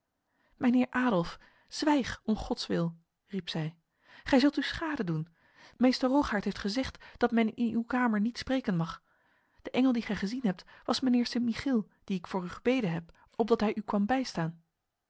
mijnheer adolf zwijg om gods wil riep zij gij zult u schade doen meester rogaert heeft gezegd dat men in uw kamer niet spreken mag de engel die gij gezien hebt was mijnheer sint michiel die ik voor u gebeden heb opdat hij u kwam bijstaan